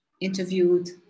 interviewed